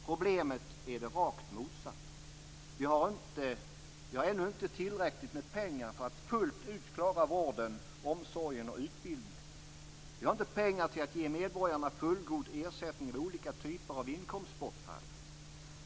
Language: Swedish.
Problemet är det rakt motsatta. Vi har ännu inte tillräckligt med pengar för att fullt ut klara vården, omsorgen och utbildningen. Vi har inte pengar till att ge medborgarna fullgod ersättning vid olika typer av inkomstbortfall.